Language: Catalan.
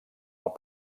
els